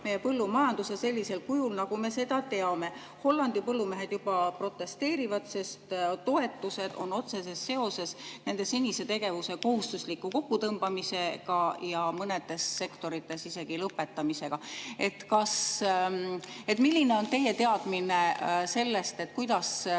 meie põllumajanduse sellisel kujul, nagu me seda teame. Hollandi põllumehed juba protesteerivad, sest toetused on otseses seoses nende senise tegevuse kohustusliku kokkutõmbamisega ja mõnes sektoris isegi lõpetamisega. Milline on teie teadmine sellest, kuidas see